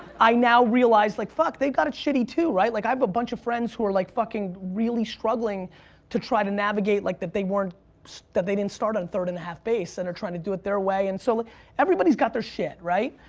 i now realize, like fuck, they've got it shitty too, right? like, i have a bunch of friends who are like fucking really struggling to try to navigate like that they weren't so that they didn't start on third and a half base and are trying to do it their way, and so everybody's got their shit, right?